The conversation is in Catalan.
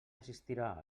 assistirà